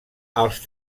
els